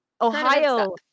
Ohio